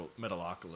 Metalocalypse